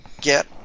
get